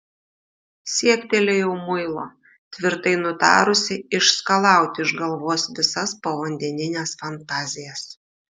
siektelėjau muilo tvirtai nutarusi išskalauti iš galvos visas povandenines fantazijas